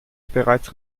bereits